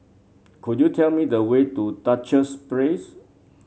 could you tell me the way to Duchess Place